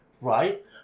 right